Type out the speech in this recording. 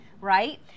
right